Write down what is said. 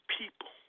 people